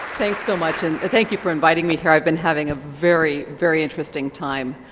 thanks so much, and thank you for inviting me here, i've been having a very, very interesting time.